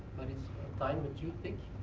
but it's time that you pick